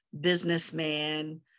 businessman